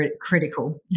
critical